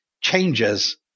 changes